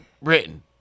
Written